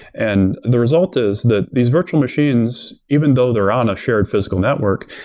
and the result is that these virtual machines, even though they're on a shared physical network,